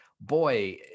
boy